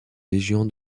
légion